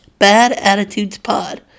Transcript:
badattitudespod